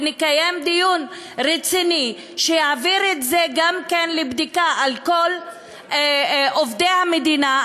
ונקיים דיון רציני שיעביר את זה לבדיקה גם כן על כל עובדי המדינה,